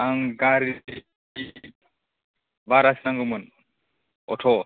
आंनो गारि भारासो नांगौमोन अट'